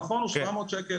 נכון, הוא 700 שקלים.